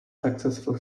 successful